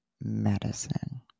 medicine